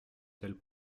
tels